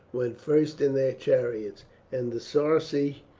went first in their chariots and the sarci,